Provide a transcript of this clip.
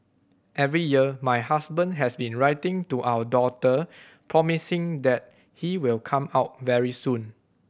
every year my husband has been writing to our daughter promising that he will come out very soon